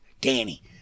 Danny